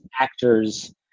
actors